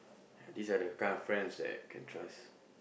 this are the kind of friends that can trust